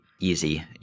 easy